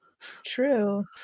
True